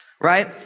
right